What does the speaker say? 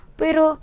pero